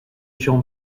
jean